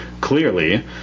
clearly